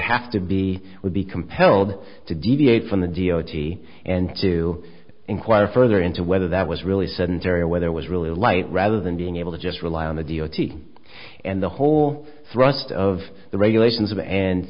have to be would be compelled to deviate from the d o t and to inquire further into whether that was really sedentary where there was really light rather than being able to just rely on the d o t and the whole thrust of the regulations and